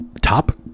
top